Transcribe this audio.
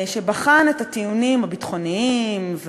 שבחן את הטיעונים הביטחוניים,